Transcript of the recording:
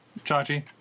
chachi